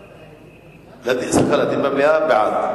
בעד.